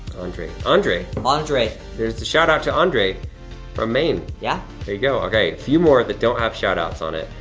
andre, andre. andre. here's the shout out to andre from maine, maine, yeah. there you go. okay, a few more that don't have shout-outs on it,